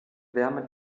wärme